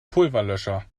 pulverlöscher